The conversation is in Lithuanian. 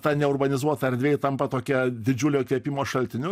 ta neurbanizuota erdvė ji tampa tokia didžiulio įkvėpimo šaltiniu